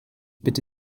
bitte